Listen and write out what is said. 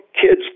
kids